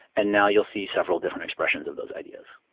and now you'll see several different expressions of those ideas.